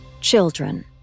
children